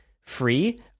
Free